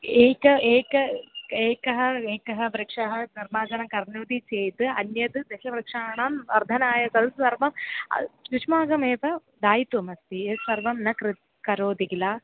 एकः एकः एकः एकः वृक्षः निर्माजनं करोति चेत् अन्यद् दशवृक्षाणाम् वर्धनाय तत्सर्वं युष्माकमेव दायित्वमस्ति यत् सर्वं न किं करोति किल